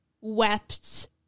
wept